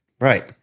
Right